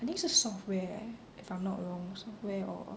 I think 是 software leh if I'm not wrong software or